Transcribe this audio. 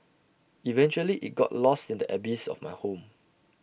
eventually IT got lost in the abyss of my home